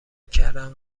کردم